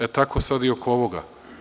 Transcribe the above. E, tako sada i oko ovoga.